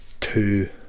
two